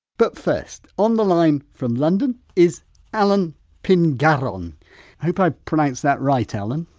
but first, on the line from london is alan pingarron. i hope i've pronounced that right alan?